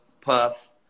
Puff